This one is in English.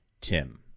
Tim